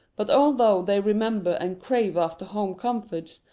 but although they re member and crave after home comforts,